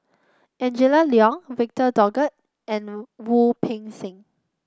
Angela Liong Victor Doggett and Wu Peng Seng